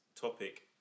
topic